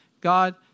God